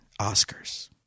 Oscars